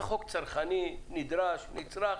זה חוק צרכני, נדרש, נצרך.